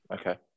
okay